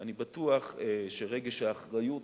אני בטוח שרגש האחריות